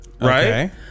right